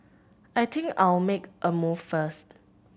I think I'll make a move first